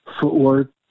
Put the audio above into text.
footwork